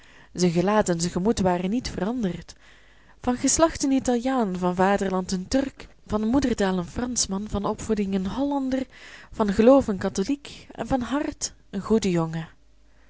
zijn gelaat en zijn gemoed waren niet veranderd van geslacht een italiaan van vaderland een turk van moedertaal een franschman van opvoeding een hollander van geloof een catholiek en van hart een goede jongen